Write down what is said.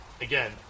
Again